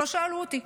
לא שאלו אותי,